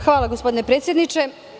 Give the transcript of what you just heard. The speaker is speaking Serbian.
Hvala gospodine predsedniče.